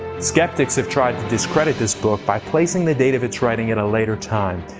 skeptics have tried to discredit this book by placing the date of it's writing at a later time,